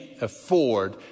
afford